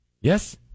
yes